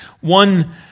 One